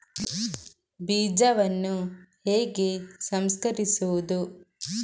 ಬೀಜವನ್ನು ಹೇಗೆ ಸಂಸ್ಕರಿಸುವುದು?